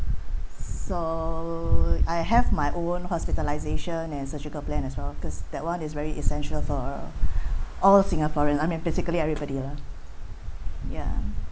so I have my own hospitalisation and surgical plan as well because that one is very essential for all singaporean I mean physically everybody lah ya